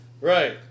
Right